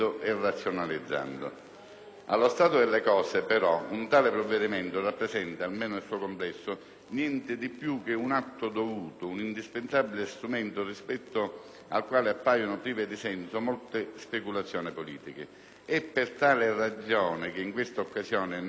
Allo stato delle cose, però, un tale provvedimento rappresenta, almeno nel suo complesso, niente di più che un atto dovuto e un indispensabile strumento, rispetto al quale appaiono prive di senso molte speculazioni politiche. È per tale ragione che in questa occasione noi del Movimento per l'Autonomia